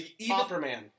Popperman